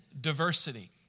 diversity